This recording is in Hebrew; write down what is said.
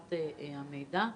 אבטחת המידע,